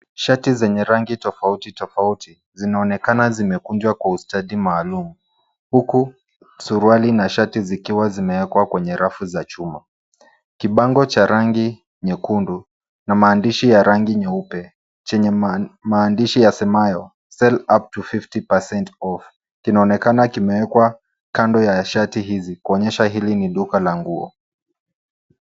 Shati zenye rangi tofauti tofauti, zinaonekana zimekunjwa kwa ustadi maalum. Huku suruali na shati zikiwa zimewekwa kwenye rafu za chuma. Kibango cha rangi nyekundu, na maandishi ya rangi nyeupe, chenye maandishi yasemayo, Sell up to fifty percent off , kinaonekana kimewekwa kando ya shati hizi, kuonyesha hili ni duka la nguo.